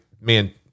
man